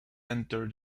enter